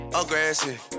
aggressive